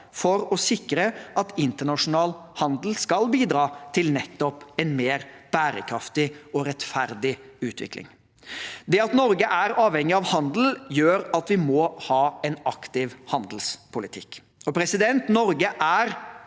for å sikre at internasjonal handel bidrar til nettopp en mer bærekraftig og rettferdig utvikling. Det at Norge er avhengig av handel, gjør at vi må ha en aktiv handelspolitikk. Norge er